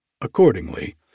Accordingly